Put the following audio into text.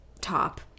top